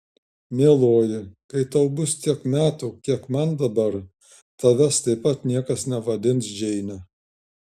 mieloji kai tau bus tiek metų kiek man dabar tavęs taip pat niekas nevadins džeine